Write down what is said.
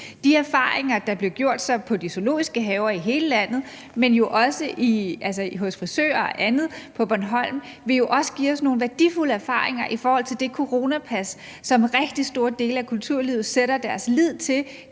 De erfaringer, der blev gjort i de zoologiske haver i hele landet – og også hos frisører og andet på Bornholm – vil jo også give os nogle værdifulde erfaringer i forhold til det coronapas, som rigtig store dele af kulturlivet sætter deres lid til